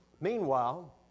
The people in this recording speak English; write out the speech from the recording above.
Meanwhile